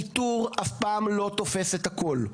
ניטור אף פעם לא תופס את הכל,